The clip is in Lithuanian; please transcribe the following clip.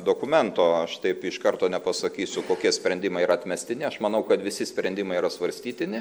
dokumento aš taip iš karto nepasakysiu kokie sprendimai yra atmestini aš manau kad visi sprendimai yra svarstytini